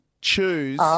choose